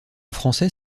français